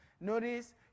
Notice